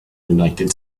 united